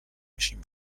میشیم